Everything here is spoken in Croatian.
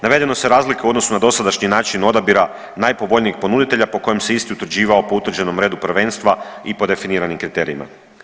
Navedene su razlike u odnosu na dosadašnji način odabira najpovoljnijeg ponuditelja po kojem se isti utvrđivao po utvrđenom redu prvenstva i po definiranim kriterijima.